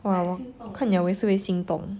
!wah! 我看 liao 也是会心动